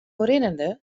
rinnende